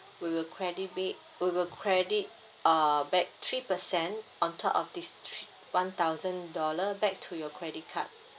we will credit it we will credit uh back three percent on top of this three one thousand dollar back to your credit card